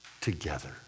together